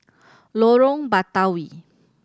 Lorong Batawi